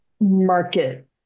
market